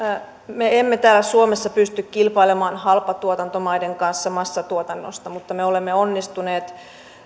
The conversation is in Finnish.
me emme täällä suomessa pysty kilpailemaan halpatuotantomaiden kanssa massatuotannosta mutta me olemme onnistuneet